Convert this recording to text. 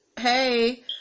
Hey